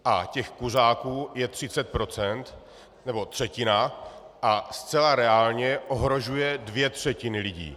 A těch kuřáků je 30 %, nebo třetina, a zcela reálně ohrožují dvě třetiny lidí.